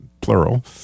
plural